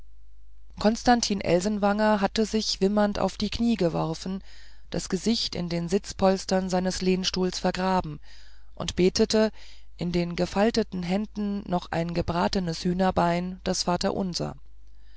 konstantin elsenwanger hatte sich wimmernd auf die knie geworfen das gesicht in den sitzpolstern seines lehnstuhls vergraben und betete in den gefalteten händen noch ein gebratenes hühnerbein das vaterunser